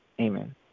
Amen